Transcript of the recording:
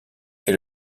est